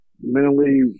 mentally